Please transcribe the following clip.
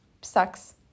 sucks